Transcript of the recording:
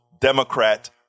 Democrat